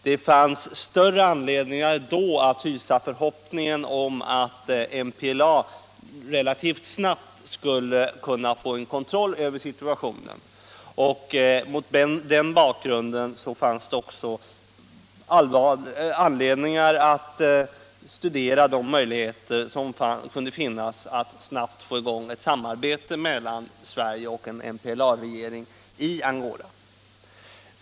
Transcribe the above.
Då fanns det större anledning att hysa förhoppningar om att MPLA relativt snart skulle kunna få kontroll över situationen, och mot den bakgrunden var det också motiverat att studera de möjligheter som kunde finnas att snabbt få i gång ett samarbete mellan Sverige och en MPLA regering i Angola.